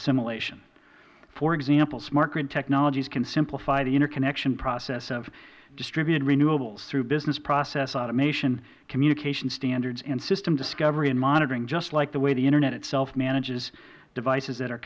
assimilation for example smart grid technologies can simplify the interconnection process of distributed renewables through business process automation communication standards and system discovery and monitoring just like the way the internet itself manages devices that are